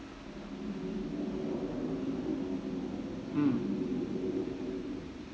mm